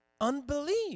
unbelief